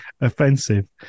offensive